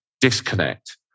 disconnect